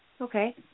Okay